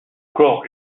corps